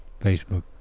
Facebook